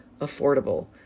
affordable